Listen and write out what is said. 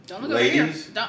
ladies